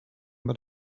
but